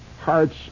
hearts